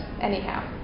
anyhow